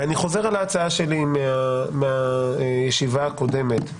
ואני חוזר על ההצעה שלי מהישיבה הקודמת.